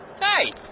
Hey